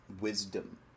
wisdom